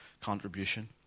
contribution